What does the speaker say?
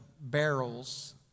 barrels